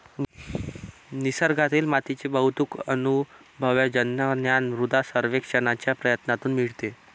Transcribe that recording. निसर्गातील मातीचे बहुतेक अनुभवजन्य ज्ञान मृदा सर्वेक्षणाच्या प्रयत्नांतून मिळते